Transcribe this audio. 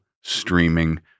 streaming